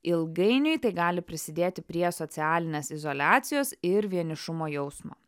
ilgainiui tai gali prisidėti prie socialinės izoliacijos ir vienišumo jausmo